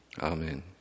Amen